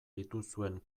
dituzuen